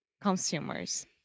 consumers